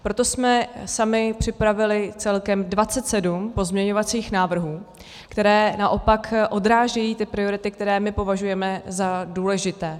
Proto jsme sami připravili celkem 27 pozměňovacích návrhů, které naopak odrážejí priority, které my považujeme za důležité.